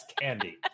candy